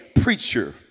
preacher